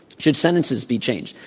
should sentences be changed?